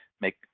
make